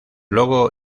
logo